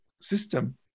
system